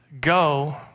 go